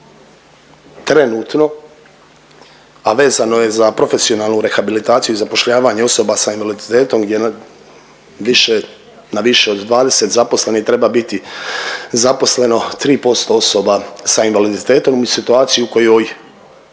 trenutno, a vezano je za profesionalnu rehabilitaciju i zapošljavanje osoba s invaliditetom gdje, na više od 20 zaposlenih treba biti zaposleno 3% osoba sa invaliditetom, imamo situaciju u kojoj